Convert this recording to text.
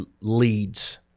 leads